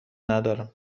ندارم